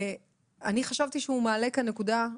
אני חשבתי שהוא מעלה כאן נקודה,